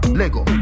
lego